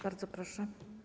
Bardzo proszę.